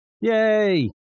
yay